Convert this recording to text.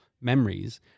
memories